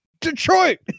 Detroit